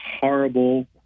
horrible